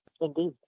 indeed